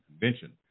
Convention